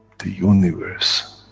the universe